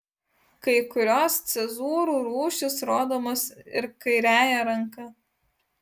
kai kurios cezūrų rūšys rodomos ir kairiąja ranka